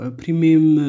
premium